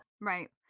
Right